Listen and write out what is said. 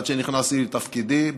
עד שנכנסתי לתפקידי,